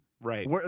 Right